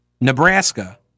Nebraska